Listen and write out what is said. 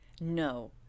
No